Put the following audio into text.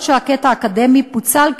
אף-על-פי שהקטע האקדמי פוצל,